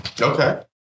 Okay